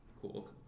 cool